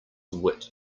wit